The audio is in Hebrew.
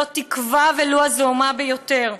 לא תקווה ולו הזעומה ביותר.